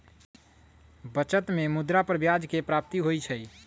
बचत में मुद्रा पर ब्याज के प्राप्ति होइ छइ